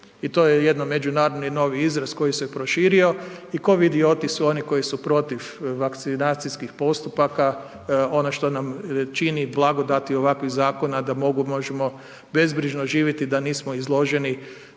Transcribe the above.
I to je jedno međunarodno novi izraz koji se proširio i kovidioti su oni koji su protiv vakcinacijskih postupaka, ono što nam čini blagodati ovakvih zakona, da mogu, možemo bezbrižno živjeti, da nismo izloženi